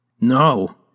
No